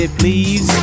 please